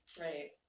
Right